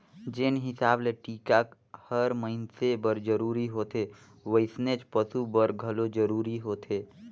जेन हिसाब ले टिका हर मइनसे बर जरूरी होथे वइसनेच पसु बर घलो जरूरी होथे